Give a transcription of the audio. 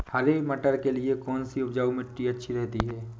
हरे मटर के लिए कौन सी उपजाऊ मिट्टी अच्छी रहती है?